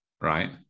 Right